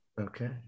Okay